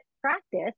practice